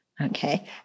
okay